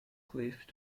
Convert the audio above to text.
cliff